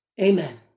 amen